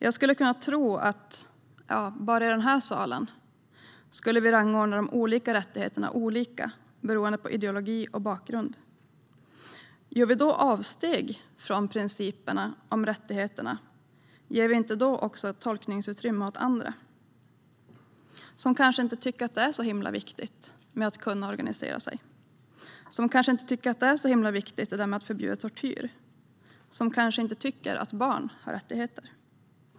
Jag skulle tro att bara i den här salen skulle vi rangordna de olika rättigheterna olika beroende på ideologi och bakgrund. Om vi gör avsteg från principerna om rättigheterna, ger vi inte då också tolkningsutrymme åt andra som kanske inte tycker att det är så himla viktigt att kunna organisera sig, som kanske inte tycker att det är så himla viktigt att förbjuda tortyr, som kanske inte tycker att barn har rättigheter?